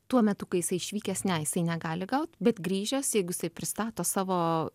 tuo metu kai jisai išvykęs ne jisai negali gaut bet grįžęs jeigu jisai pristato savo